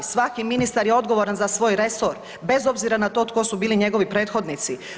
Svaki ministar je odgovoran za svoj resor, bez obzira na to tko su bili njegovi prethodnici.